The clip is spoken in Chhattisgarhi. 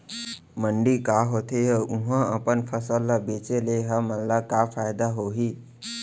मंडी का होथे अऊ उहा अपन फसल ला बेचे ले हमन ला का फायदा होही?